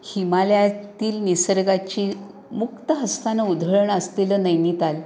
हिमालयातील निसर्गाची मुक्त हस्तानं उधळण असलेलं नैनिताल